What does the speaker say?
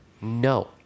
No